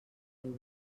euros